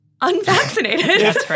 unvaccinated